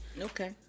Okay